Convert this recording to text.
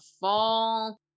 fall